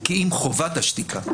כי אם חובת השתיקה".